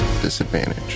Disadvantage